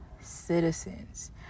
citizens